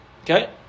Okay